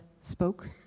spoke